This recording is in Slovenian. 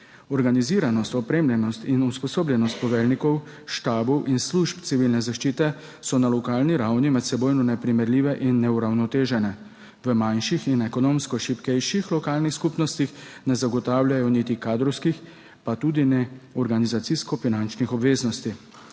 Organiziranost, opremljenost in usposobljenost poveljnikov štabov in služb Civilne zaščite so na lokalni ravni medsebojno neprimerljive in neuravnotežene. V manjših in ekonomsko šibkejših lokalnih skupnostih ne zagotavljajo niti kadrovskih, pa tudi ne organizacijsko-finančnih obveznosti.